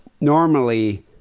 normally